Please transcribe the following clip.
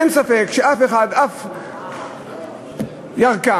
אין ספק שאף אחד אף ירקן,